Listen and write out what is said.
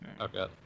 Okay